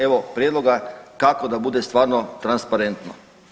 Evo prijedloga kako da bude stvarno transparentno.